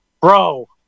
Bro